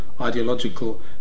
ideological